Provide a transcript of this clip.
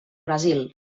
brasil